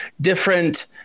different